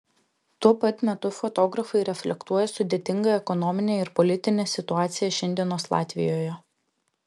tuo pat metu fotografai reflektuoja sudėtingą ekonominę ir politinę situaciją šiandienos latvijoje